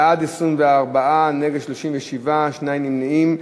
בעד, 24, נגד, 37, שניים נמנעים.